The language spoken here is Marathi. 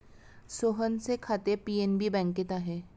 सोहनचे खाते पी.एन.बी बँकेत आहे